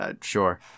Sure